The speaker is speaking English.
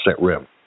rim